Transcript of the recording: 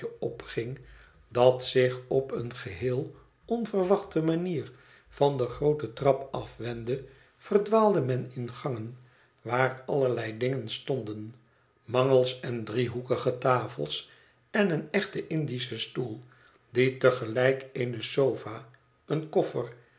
opging dat zich op eene geheel onverwachte manier van de groote trap afwendde verdwaalde men in gangen waar allerlei dingen stonden mangels en driehoekige tafels en een echte indische stoel die te gelijk eene sofa een koffer